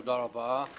תודה רבה.